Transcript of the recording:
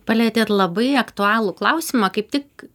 palietėt labai aktualų klausimą kaip tik